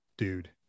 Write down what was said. dude